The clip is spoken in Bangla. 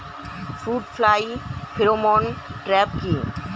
ফ্রুট ফ্লাই ফেরোমন ট্র্যাপ কি?